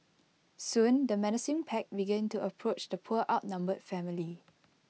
soon the menacing pack began to approach the poor outnumbered family